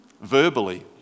verbally